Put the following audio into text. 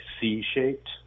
C-shaped